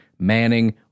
Manning